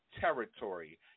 territory